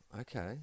okay